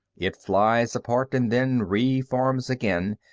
it flies apart and then reforms again,